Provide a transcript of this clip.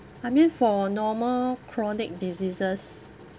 I mean for normal chronic diseases